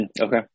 Okay